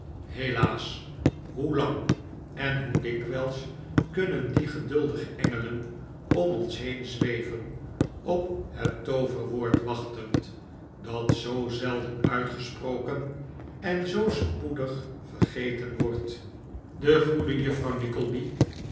helaas hoelang en hoe dikwijls kunnen die geduldige engelen om ons heen zweven op het tooverwoord wachtend dat zoo zelden uitgesproken en zoo spoedig vergeten wordt de goede juffrouw